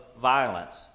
violence